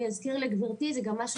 אני אזכיר לגברת יושבת הראש וזה גם משהו